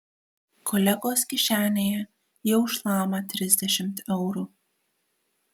kolegos kišenėje jau šlama trisdešimt eurų